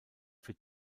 für